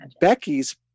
Becky's